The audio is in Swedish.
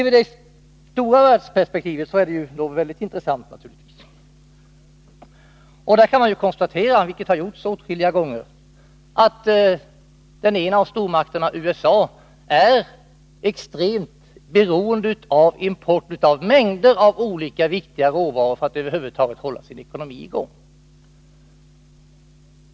I det stora världsperspektivet är dessa frågeställningar givetvis mycket intressanta. Man kan konstatera, vilket har skett åtskilliga gånger, att den ena av stormakterna — USA — är extremt beroende av import av en mängd olika viktiga råvaror för att över huvud taget hålla sin ekonomi i gång.